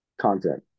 content